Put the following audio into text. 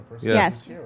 Yes